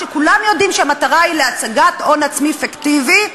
כשכולם יודעים שהמטרה היא להשגת הון עצמי פיקטיבי,